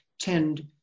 tend